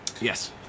Yes